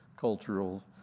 cultural